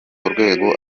urwego